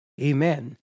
amen